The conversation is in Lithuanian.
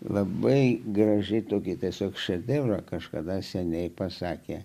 labai graži tokia tiesiog šedevrą kažkada seniai pasakė